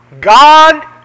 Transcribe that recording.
God